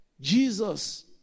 Jesus